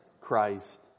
Christ